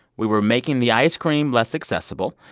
we were making the ice cream less accessible.